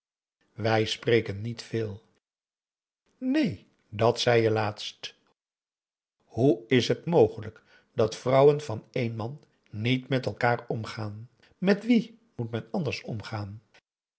wij spreken niet veel neen dat zei je laatst hoe is het mogelijk dat vrouwen van één man niet met elkaar omgaan met wie moet men anders omgaan